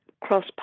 Cross